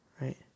right